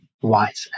white